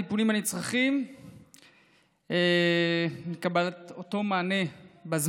טיפולים שהם צריכים לקבלם בזמן